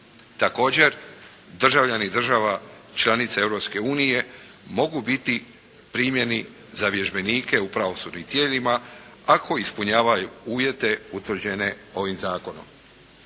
Također državljani država članica Europske unije mogu biti primljeni za vježbenike u pravosudnim tijelima ako ispunjavaju uvjete utvrđene ovim zakonom.